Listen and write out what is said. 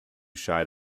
shy